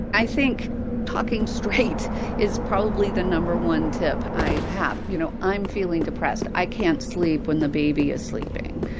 i think talking straight is probably the no. one tip i have. you know, i'm feeling depressed. i can't sleep when the baby is sleeping.